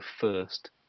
first